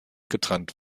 getrennt